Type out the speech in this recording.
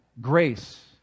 grace